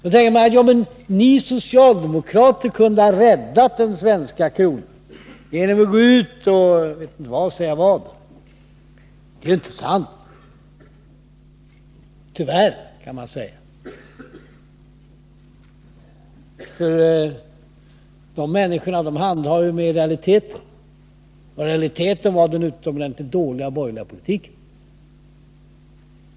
Då säger man att vi socialdemokrater kunde ha räddat den svenska kronan genom att vidta den ena eller andra åtgärden. Det är inte sant — tyvärr, kan man säga. De människor det gäller utgår från realiteter, och realiteten var den utomordentligt dåliga borgerliga politiken.